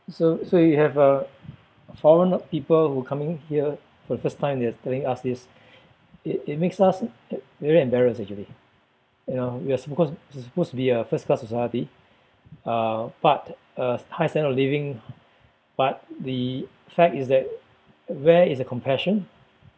so so you have uh foreigner people who coming here for the first time they are telling us this it it makes us very embarrassed actually you know we are supposed supposed to be a first-class society uh but uh high standard of living but the fact is that where is the compassion